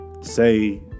say